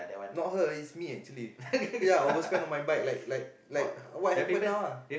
not her it's me actually ya I overspend on my bike like like like what happen now ah